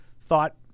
thought